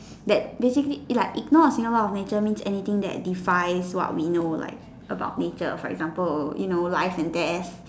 that basically like ignore a single law of nature means anything that defies what we know about nature for example you know life and death